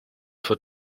for